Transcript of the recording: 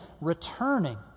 returning